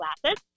classes